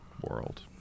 World